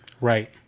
Right